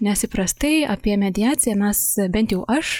nes įprastai apie mediaciją mes bent jau aš